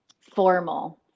formal